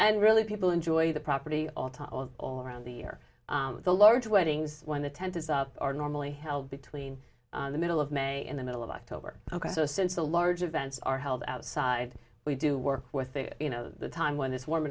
and really people enjoy the property all time all around the year the large weddings when the tent is up are normally held between the middle of may and the middle of october ok so since the large events are held outside we do work with the you know the time when it's warm